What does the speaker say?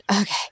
Okay